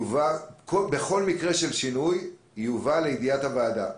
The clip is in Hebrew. בכל מקרה של שינוי יובא לידיעת הוועדה.